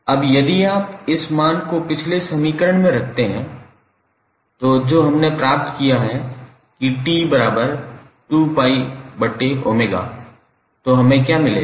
अब यदि आप इस मान को पिछले समीकरण में रखते हैं जो हमने प्राप्त किया है कि 𝑇2𝜋𝜔 है तो हमें क्या मिलेगा